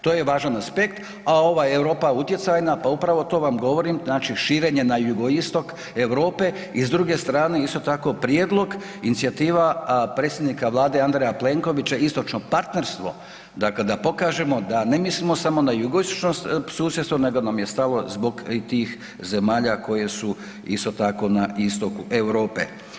To je važan aspekt, a ovaj Europa utjecajna, pa upravo to vam govorim znači širenje na jugoistok Europe, i s druge strane isto tako prijedlog, inicijativa predsjednika Vlade Andreja Plenkovića, istočno partnerstvo, dakle da pokažemo da ne mislimo samo na jugoistočno susjedstvo nego nam je stalo zbog i tih zemalja koje su isto tako na istoku Europe.